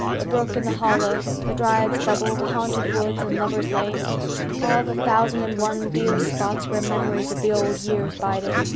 the brook in the hollow, the dryad's bubble, the haunted woods, and lover's lane all the thousand and one dear spots where memories of the old years bided.